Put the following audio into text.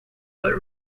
but